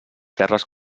terres